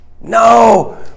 No